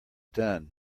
done